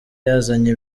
yazanye